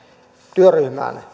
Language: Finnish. työryhmään